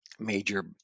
major